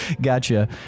Gotcha